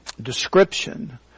description